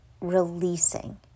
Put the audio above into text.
releasing